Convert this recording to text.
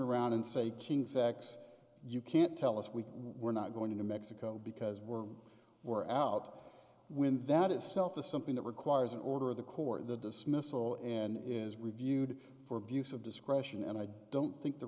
around and say king's x you can't tell us we were not going to mexico because we're we're out when that itself is something that requires an order of the court the dismissal and is reviewed for abuse of discretion and i don't think the